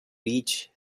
reach